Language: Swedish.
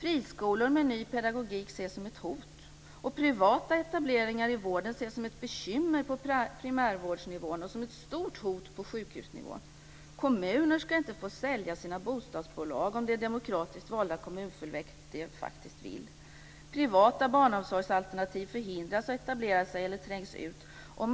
Friskolor med ny pedagogik ses som ett hot. Privata etableringar i vården ses som ett bekymmer på primärvårdsnivån och som ett stort hot på sjukhusnivån. Kommuner ska inte få sälja sina bostadsbolag om det demokratiskt valda kommunfullmäktige faktiskt vill det. Privata barnomsorgsalternativ förhindras att etablera sig eller trängs ut.